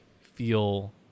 feel